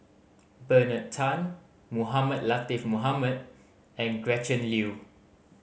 Bernard Tan Mohamed Latiff Mohamed and Gretchen Liu